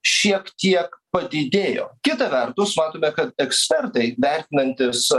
šiek tiek padidėjo kita vertus matome kad ekspertai vertinantys